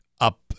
up